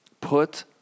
Put